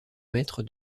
maître